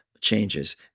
changes